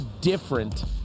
different